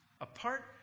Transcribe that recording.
apart